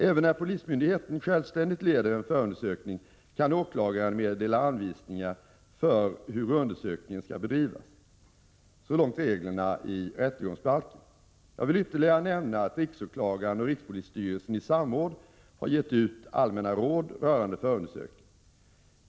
Även när polismyndigheten självständigt leder en förundersökning kan åklagaren meddela anvisningar för hur undersökningen skall bedrivas. Så långt reglerna i rättegångsbalken. Jag vill ytterligare nämna att riksåklagaren och rikspolisstyrelsen i samråd har gett ut allmänna råd rörande förundersökning.